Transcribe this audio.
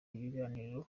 ibiganiro